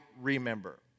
remember